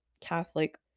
Catholic